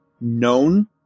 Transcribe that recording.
known